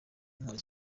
intwari